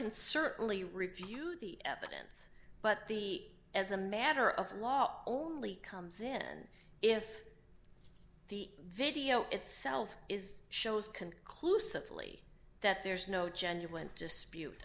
can certainly review the evidence but the as a matter of law only comes in if the video itself is shows conclusively that there's no genuine dispute